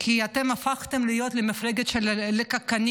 כי אתם הפכתם להיות מפלגה של לקקנים.